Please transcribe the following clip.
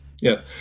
Yes